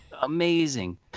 amazing